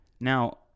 Now